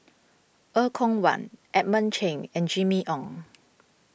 Er Kwong Wah Edmund Cheng and Jimmy Ong